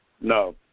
No